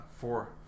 four